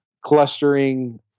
clustering